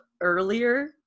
earlier